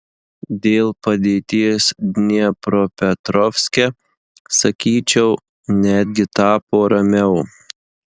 dėl padėties dniepropetrovske sakyčiau netgi tapo ramiau